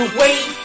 wait